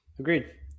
Agreed